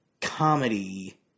comedy